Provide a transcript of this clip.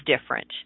different